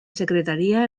secretaria